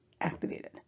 activated